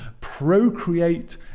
procreate